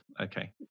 Okay